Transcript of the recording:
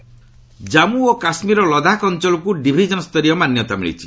Ladakh division Jammu ଓ କାଶ୍ମୀରର ଲଦାଖ ଅଞ୍ଚଳକୁ ଡିଭିଜନ ସ୍ତରୀୟ ମାନ୍ୟତା ମିଳିଛି